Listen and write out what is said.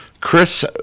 Chris